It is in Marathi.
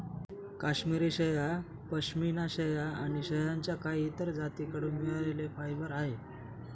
काश्मिरी शेळ्या, पश्मीना शेळ्या आणि शेळ्यांच्या काही इतर जाती कडून मिळालेले फायबर आहे